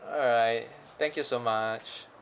alright thank you so much